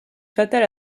fatal